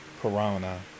Corona